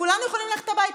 כולנו יכולים ללכת הביתה.